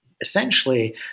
Essentially